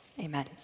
Amen